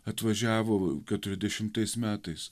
atvažiavo keturiasdešimtais metais